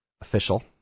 official